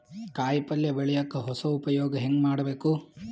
ಕಾಯಿ ಪಲ್ಯ ಬೆಳಿಯಕ ಹೊಸ ಉಪಯೊಗ ಹೆಂಗ ಮಾಡಬೇಕು?